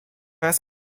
raz